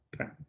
okay